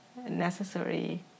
necessary